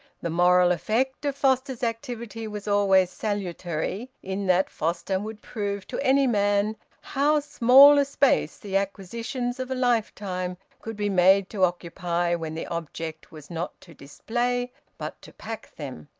the moral effect of foster's activity was always salutary, in that foster would prove to any man how small a space the acquisitions of a lifetime could be made to occupy when the object was not to display but to pack them.